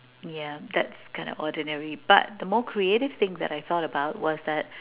yeah that's kind of ordinary but the more creative thing that I thought about was that